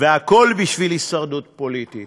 והכול בשביל הישרדות פוליטית.